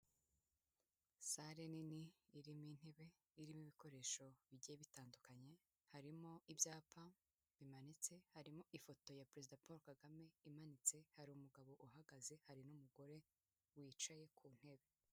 Salle nini irimo intebe, irimo ibikoresho bigiye bitandukanye, harimo ibyapa bimanitse, harimo ifoto ya Perezida Paul Kagame imanitse, hari umugabo uhagaze hari n'umugore wicaye ku ntebe.